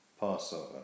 Passover